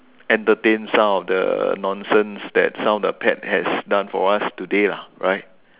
entertain some of the nonsense that some of the pet has done for us today lah right